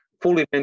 fully